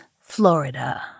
Florida